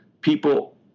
people